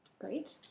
Great